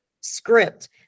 script